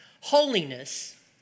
Holiness